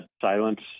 silence